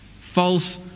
False